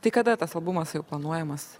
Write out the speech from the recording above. tai kada tas albumas jau planuojamas